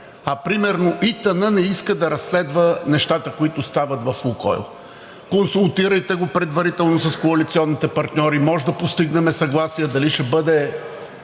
а примерно, ИТН не иска да разследва нещата, които стават в „Лукойл“. Консултирайте го предварително с коалиционните партньори, може да постигнем съгласие дали ще бъде